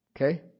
Okay